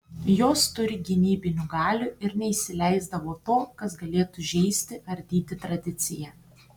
jos turi gynybinių galių ir neįsileisdavo to kas galėtų žeisti ardyti tradiciją